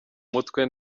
mutwe